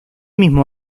mismo